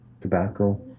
tobacco